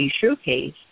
showcase